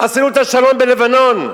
עשינו את השלום בלבנון.